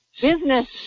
Business